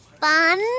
Fun